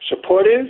supportive